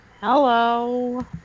Hello